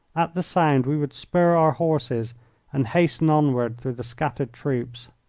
at the sound we would spur our horses and hasten onward through the scattered troops.